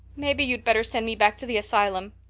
maybe you'd better send me back to the asylum.